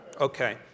Okay